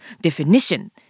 definition